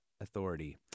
authority